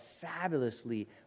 fabulously